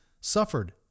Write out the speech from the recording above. suffered